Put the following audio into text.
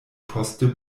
poste